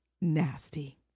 Nasty